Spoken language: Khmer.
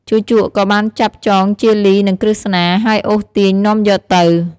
ជូជកក៏បានចាប់ចងជាលី និងក្រឹស្នា ហើយអូសទាញនាំយកទៅ។